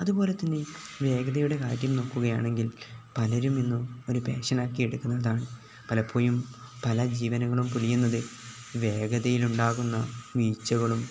അതുപോലെത്തന്നെ വേഗതയുടെ കാര്യത്തിൽ നോക്കുകയാണെങ്കിൽ പലരും ഇന്നും ഒരു പാഷനാക്കി എടുക്കുന്നതാണ് പലപ്പോഴും പല ജീവനുകളും പൊലിയുന്നത് വേഗതയിലുണ്ടാകുന്ന വീഴ്ചകളും